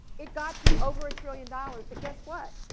it got to over a trillion dollars, but guess what?